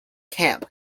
camp